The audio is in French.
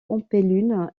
pampelune